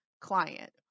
client